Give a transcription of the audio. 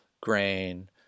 grain